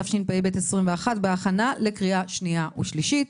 התשפ"ב-2021, בהכנה לקריאה שנייה ושלישית,